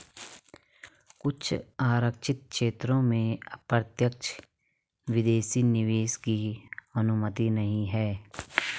कुछ आरक्षित क्षेत्रों में प्रत्यक्ष विदेशी निवेश की अनुमति नहीं है